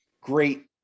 great